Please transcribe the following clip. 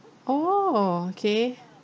orh okay